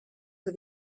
for